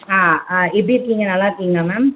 ஆ ஆ எப்படி இருக்கீங்க நல்லாயிருக்கீங்களா மேம்